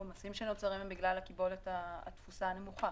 העומסים שנוצרים הם בגלל קיבולת התפוסה הנמוכה.